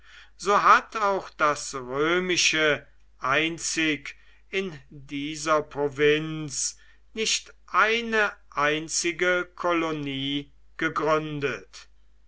so hat auch das römische einzig in dieser provinz nicht eine einzige kolonie gegründet